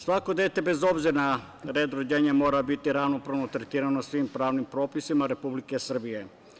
Svako dete, bez obzira na red rođenja, mora biti ravnopravno tretirano svim pravnim propisima Republike Srbije.